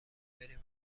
بریم